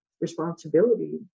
responsibility